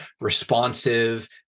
responsive